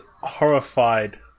horrified